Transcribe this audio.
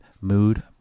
mood